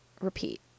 repeat